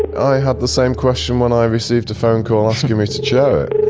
i had the same question when i received a phone call asking me to chair it.